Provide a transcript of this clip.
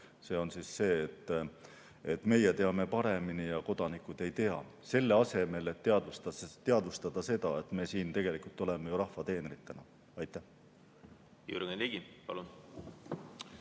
See on see, et meie teame paremini ja kodanikud ei tea, selle asemel et teadvustada seda, et meie siin tegelikult oleme ju rahva teenrid. Aitäh